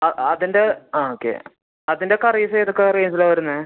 ആ അതിൻ്റെ ആ ഓക്കെ അതിൻ്റെ കറീസ് ഏതൊക്കെ റേഞ്ചിലാണ് വരുന്നത്